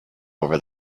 over